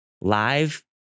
live